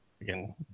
Again